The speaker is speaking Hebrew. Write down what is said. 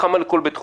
כמה לכל בית חולים,